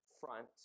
front